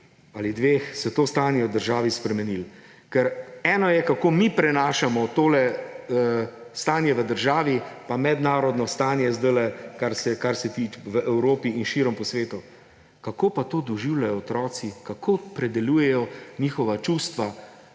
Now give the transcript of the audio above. ali dveh se to stanje v državi spremenilo. Ker eno je, kako mi prenašamo tole stanje v državi, pa mednarodno stanje sedaj, kar se tiče v Evropi in širom po svetu. Kako pa to doživljajo otroci? Kako predelujejo njihova čustva